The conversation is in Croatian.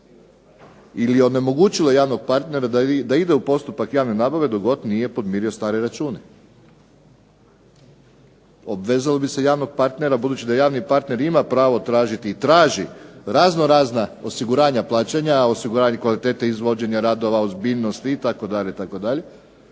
ili onemogućilo javnog partnera da ide u postupak javne nabave dok god nije podmirio stare račune. Obvezalo bi se javnog partnera budući da javni partner ima pravo tražiti i traži raznorazna osiguranja plaćanja, osiguranja kvalitete izvođenja radova, ozbiljnosti itd., itd.